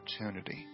opportunity